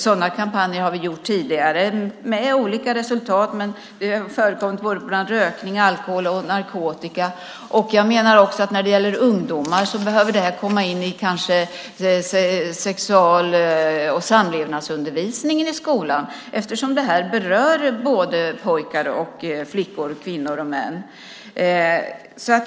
Sådana kampanjer har vi gjort tidigare, med olika resultat. Det har förekommit om rökning, alkohol och narkotika. Jag menar också att när det gäller ungdomar behöver det här kanske komma in i sexual och samlevnadsundervisningen i skolan eftersom det berör både pojkar och flickor, kvinnor och män.